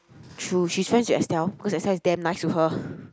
true she's friends with Estelle because Estelle is damn nice to her